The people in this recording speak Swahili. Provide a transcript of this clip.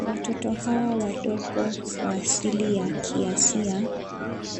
Watoto hawa wadogo wa asili ya Asia